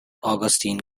augustine